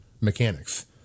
mechanics